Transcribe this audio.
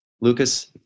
Lucas